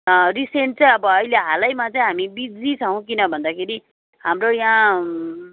recent चाहिँ अब अहिले हालैमा चाहिँ हामी बिजी छौँ किन भन्दाखेरि हाम्रो यहाँ